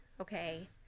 okay